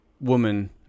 woman